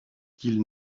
qu’il